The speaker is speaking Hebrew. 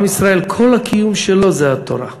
עם ישראל, כל הקיום שלו זה התורה.